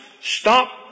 stop